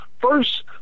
First